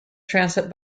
transit